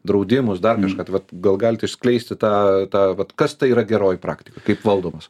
draudimus dar kažką tai vat gal galit išskleisti tą tą vat kas tai yra geroji praktika kaip valdomas